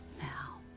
now